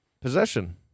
Possession